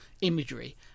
imagery